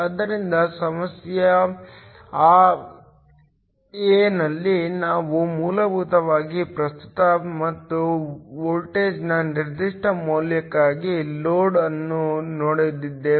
ಆದ್ದರಿಂದ ಸಮಸ್ಯೆಯ a ನಲ್ಲಿ ನಾವು ಮೂಲಭೂತವಾಗಿ ಪ್ರಸ್ತುತ ಮತ್ತು ವೋಲ್ಟೇಜ್ನ ನಿರ್ದಿಷ್ಟ ಮೌಲ್ಯಕ್ಕಾಗಿ ಲೋಡ್ ಅನ್ನು ನೋಡಿದ್ದೇವೆ